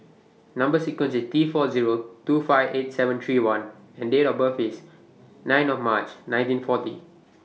Number sequence IS T four Zero two five eight seven three one and Date of birth IS nine of March nineteen forty